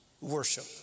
Worship